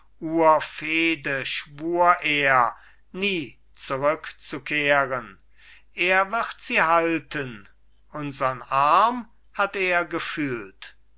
urfehde schwur er nie zurückzukehren er wird sie halten unsern arm hat er gefühlt